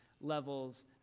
levels